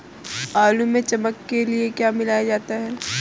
आलू में चमक के लिए क्या मिलाया जाता है?